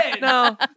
no